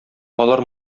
алар